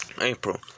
April